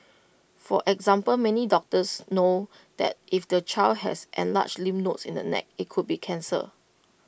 for example many doctors know that if the child has enlarged lymph nodes in the neck IT could be cancer